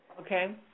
Okay